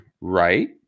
right